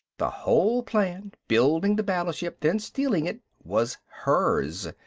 the whole plan, building the battleship, then stealing it, was hers.